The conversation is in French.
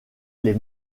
les